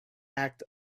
act